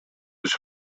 his